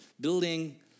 building